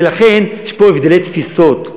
ולכן, יש פה הבדלי תפיסות.